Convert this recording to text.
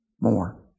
more